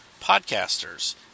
podcasters